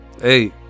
hey